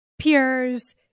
peers